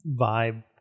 vibe